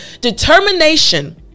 determination